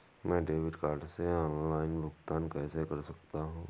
मैं debit card से online भुगतान कैसे कर सकता हूँ?